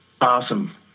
Awesome